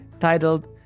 titled